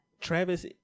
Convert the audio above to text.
Travis